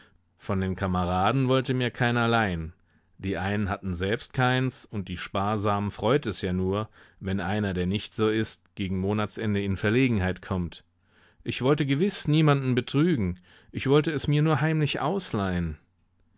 von den kameraden wollte mir keiner leihen die einen hatten selbst keins und die sparsamen freut es ja nur wenn einer der nicht so ist gegen monatsende in verlegenheit kommt ich wollte gewiß niemanden betrügen ich wollte es mir nur heimlich ausleihen